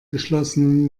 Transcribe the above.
geschlossenen